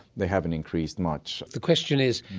they haven't increased much. the question is,